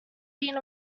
been